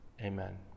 Amen